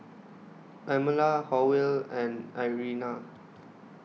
Pamela Howell and Irena